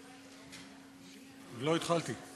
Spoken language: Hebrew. עוד לא התחלתי.